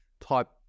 type